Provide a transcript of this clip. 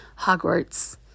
Hogwarts